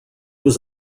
was